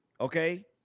okay